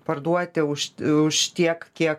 parduoti už už tiek kiek